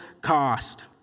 cost